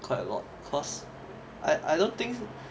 quite a lot cause I I don't think